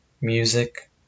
music